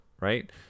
right